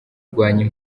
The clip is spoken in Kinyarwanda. irwanya